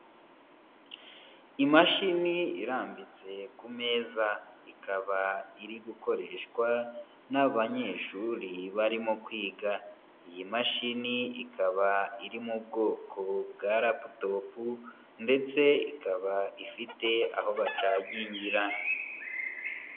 Imashini irambitse ku meza, ikaba iri gukoreshwa n'abanyeshuri barimo kwiga, iyi mashini ikaba iri mu bwoko bwa laptop ndetse ikaba ifite aho bacagingira.